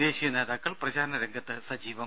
ദേശീയ നേതാക്കൾ പ്രചാരണ രംഗത്ത് സജീവം